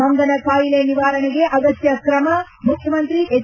ಮಂಗನ ಕಾಯಿಲೆ ನಿವಾರಣೆಗೆ ಅಗತ್ಯ ಕ್ರಮ ಮುಖ್ಯಮಂತ್ರಿ ಹೆಚ್